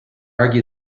argue